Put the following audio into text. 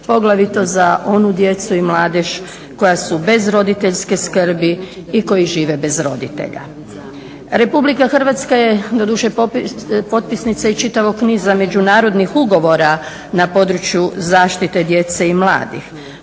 poglavito za onu djecu i mladež koja su bez roditeljske skrbi i koji žive bez roditelja. Republika Hrvatska je doduše potpisnica i čitavog niza međunarodnih ugovora na području zaštite djece i mladih.